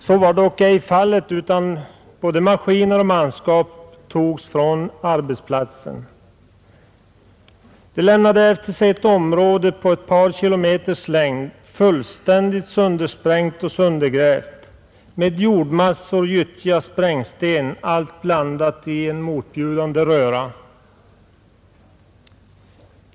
Så var dock ej fallet, utan både maskiner och manskap togs från platsen, trots att kvar fanns ett område på ett par kilometers längd — fullständigt söndersprängt och söndergrävt — med jordmassor, gyttja och sprängsten, allt blandat i en motbjudande röra.